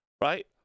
right